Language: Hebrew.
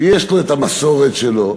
שיש לו המסורת שלו,